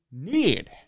need